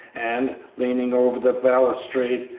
and, leaning over the balustrade,